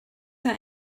that